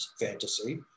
fantasy